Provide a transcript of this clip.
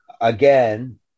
again